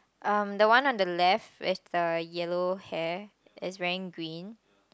um the one on the left with the yellow hair is wearing green